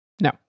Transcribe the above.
No